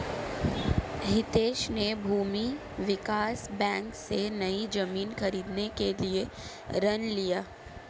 हितेश ने भूमि विकास बैंक से, नई जमीन खरीदने के लिए ऋण लिया